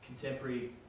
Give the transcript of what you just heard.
contemporary